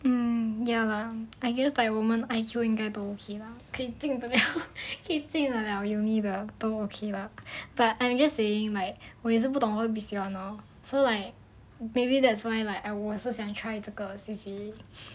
mm ya lah I guess like 我们 I_Q 应该都 okay lah 可以进得了可以进得了 uni 的都 okay lah but I'm just saying like 我也不懂这些 biz [one] lor so like maybe that's why like I 我是想 try 这个 C_C_A